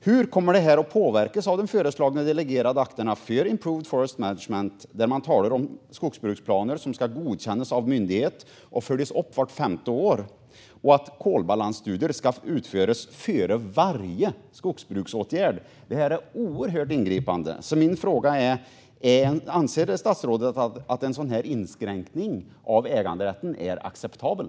Hur kommer detta att påverkas av de föreslagna delegerade akterna för improved forest management, där man talar om att skogsbruksplaner ska godkännas av myndighet och följas upp vart femte år och att kolbalansstudier ska utföras före varje skogsbruksåtgärd? Detta är oerhört ingripande. Min fråga är: Anser statsrådet att en sådan inskränkning av äganderätten är acceptabel?